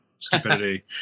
stupidity